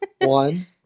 One